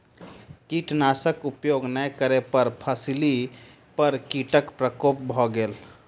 कीटनाशक उपयोग नै करै पर फसिली पर कीटक प्रकोप भ गेल